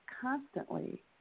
constantly